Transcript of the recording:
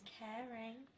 caring